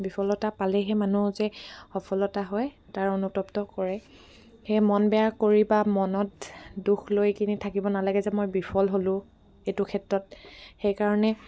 বিফলতা পালেহে মানুহ যে সফলতা হয় তাৰ অনুতপ্ত কৰে সেয়ে মন বেয়া কৰি বা মনত দুখ লৈ কিনি থাকিব নালাগে যে মই বিফল হ'লোঁ এইটো ক্ষেত্ৰত সেইকাৰণে